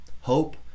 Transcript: Hope